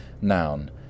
noun